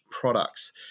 products